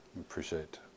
appreciate